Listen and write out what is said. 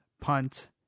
punt